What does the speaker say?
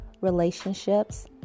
relationships